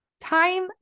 time